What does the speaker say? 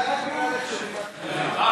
הצעת סיעת הרשימה המשותפת להביע